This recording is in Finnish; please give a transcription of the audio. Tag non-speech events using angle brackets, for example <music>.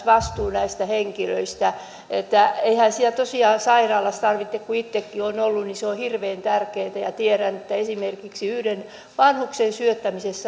<unintelligible> vastuun näistä henkilöistä eihän siellä sairaalassa tosiaan tarvitse kun itsekin olen ollut niin se on hirveän tärkeätä ja tiedän että esimerkiksi yhden vanhuksen syöttämisessä <unintelligible>